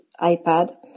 iPad